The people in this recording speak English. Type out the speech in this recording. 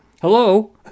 Hello